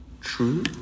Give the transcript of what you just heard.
true